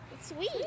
sweet